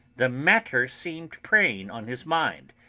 the matter seemed preying on his mind,